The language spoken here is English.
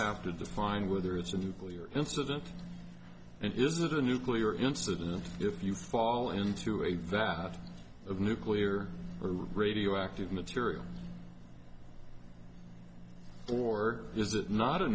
have to define whether it's a nuclear incident and is it a nuclear incident if you fall into a vast of nuclear or radioactive material or is it not a